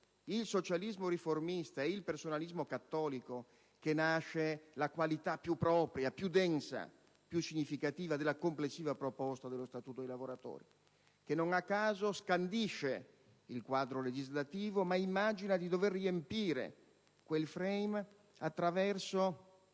il socialismo riformista e il personalismo cattolico, che nasce la qualità più propria, più densa e più significativa della complessiva proposta dello Statuto dei lavoratori, che non a caso scandisce il quadro legislativo, ma immagina di dover riempire quel *frame* attraverso